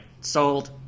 sold